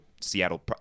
Seattle